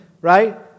right